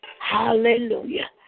Hallelujah